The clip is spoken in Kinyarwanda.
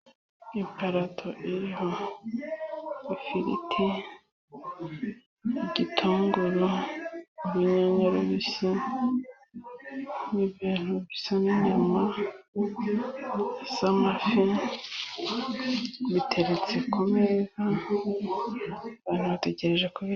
Iparato iriha ifiriti, igitungoru, urunyanya rubisi, n'ibintu bisa n'inyama z'amafi, biteretse ku meza, abantu bategereje kubirya.